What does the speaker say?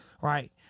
Right